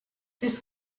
this